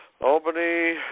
Albany